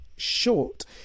Short